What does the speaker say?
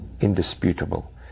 indisputable